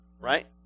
right